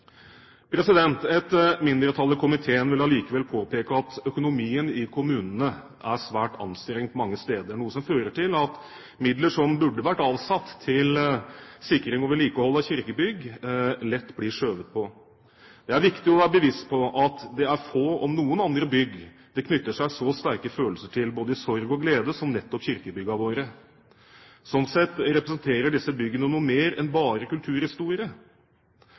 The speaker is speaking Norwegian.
Et mindretall i komiteen vil allikevel påpeke at økonomien i kommunene mange steder er svært anstrengt, noe som fører til at midler som burde vært avsatt til sikring og vedlikehold av kirkebygg, lett blir skjøvet på. Det er viktig å være bevisst på at det er få – om noen – andre bygg det knytter seg så sterke følelser til både i sorg og glede som nettopp kirkebyggene våre. Sånn sett representerer disse byggene noe mer enn bare kulturhistorie.